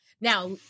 Now